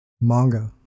manga